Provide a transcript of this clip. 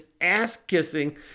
ass-kissing